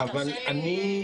אבי,